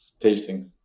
Tasting